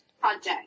project